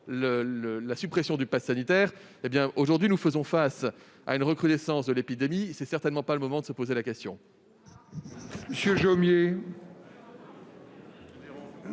pour protéger les Français. Aujourd'hui, nous faisons face à une recrudescence de l'épidémie. Ce n'est donc certainement pas le moment de se poser la question